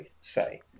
say